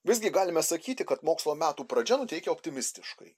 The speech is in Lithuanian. visgi galime sakyti kad mokslo metų pradžia nuteikia optimistiškai